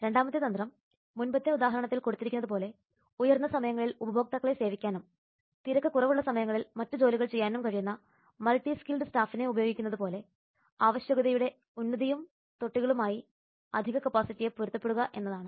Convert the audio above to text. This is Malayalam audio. രണ്ടാമത്തെ തന്ത്രം മുമ്പത്തെ ഉദാഹരണത്തിൽ കൊടുത്തിരിക്കുന്നതു പോലെ ഉയർന്ന സമയങ്ങളിൽ ഉപഭോക്താക്കളെ സേവിക്കാനും തിരക്ക് കുറവുള്ള സമയങ്ങളിൽ മറ്റ് ജോലികൾ ചെയ്യാനും കഴിയുന്ന മൾട്ടി സ്കിൽഡ് സ്റ്റാഫിനെ ഉപയോഗിക്കുന്നതു പോലെ ആവശ്യകതയുടെ ഉന്നതിയും തൊട്ടികളുമായി അധിക കപ്പാസിറ്റിയെ പൊരുത്തപ്പെടുത്തുക എന്നതാണ്